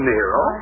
Nero